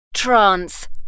Trance